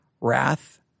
wrath